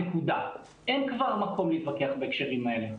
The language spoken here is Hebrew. אין כבר מקום להתווכח בהקשרים האלה.